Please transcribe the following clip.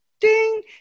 ding